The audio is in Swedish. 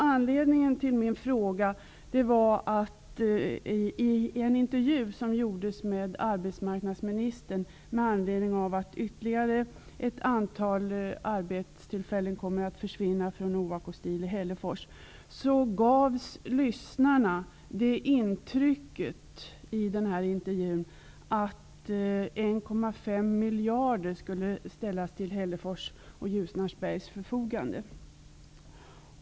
Anledningen till min fråga var att radiolyssnarna, vid en intervju som gjordes med arbetsmarknadsministern med anledning av att ytterligare ett antal arbetstillfällen kommer att försvinna från Ovako Steel i Hällefors, gavs intrycket att 1,5 miljarder skulle ställas till Hällefors och Ljusnarsbergs förfogande.